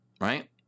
right